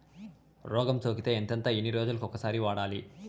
రోగం సోకితే ఎంతెంత ఎన్ని రోజులు కొక సారి వాడాలి?